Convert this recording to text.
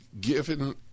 given